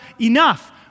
enough